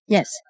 Yes